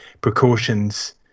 precautions